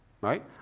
Right